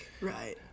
right